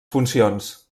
funcions